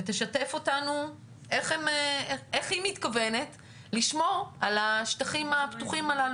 שתשתף אותנו איך היא מתכוונת לשמור על השטחים הפתוחים הללו.